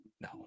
no